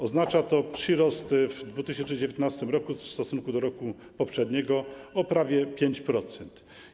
Oznacza to przyrost w 2019 r. w stosunku do roku poprzedniego o prawie 5%.